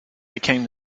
became